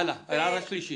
הלאה, הערה שלישית.